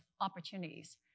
opportunities